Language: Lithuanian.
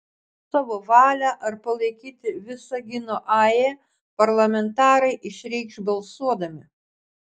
savo valią ar palaikyti visagino ae parlamentarai išreikš balsuodami